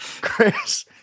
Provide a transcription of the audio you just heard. Chris